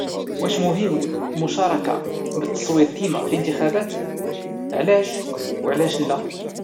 واش مهم المشاركو بالتصويت ديما في الانتخابات علاش ولا علاش لا؟